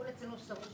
ואני אסביר לכם